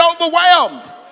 overwhelmed